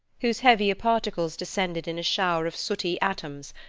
whose heavier particles descended in a shower of sooty atoms,